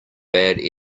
bad